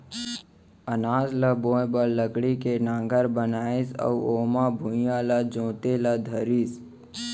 अनाज ल बोए बर लकड़ी के नांगर बनाइस अउ ओमा भुइयॉं ल जोते ल धरिस